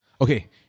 Okay